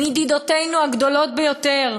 מידידותינו הגדולות ביותר,